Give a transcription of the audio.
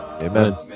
Amen